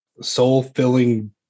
soul-filling